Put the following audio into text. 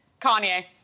Kanye